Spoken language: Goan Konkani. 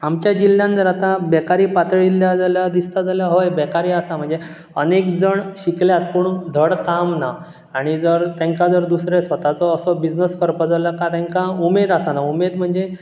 आमच्या जिल्ल्यान जर आतां बेकारी पातळिल्ल्या जाल्या दिसता जाल्या हय बेकारी आसा म्हणजे अनेक जण शिकल्यात पूण धड काम ना आनी जर तेंकां जर दुसरें स्वताचो असो बिझनस करपाचो आहल्या का तेंकां उमेद आसाना उमेद म्हणजे